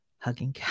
hugging